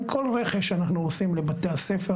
עם כל רכש אנחנו עושים לבתי הספר